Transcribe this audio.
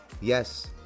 Yes